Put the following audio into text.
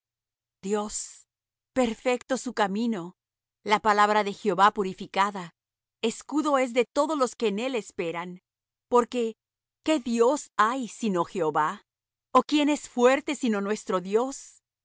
dios perfecto su camino la palabra de jehová purificada escudo es de todos los que en él esperan porque qué dios hay sino jehová o quién es fuerte sino nuestro dios